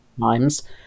times